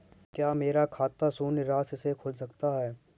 क्या मेरा खाता शून्य राशि से खुल सकता है?